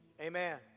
Amen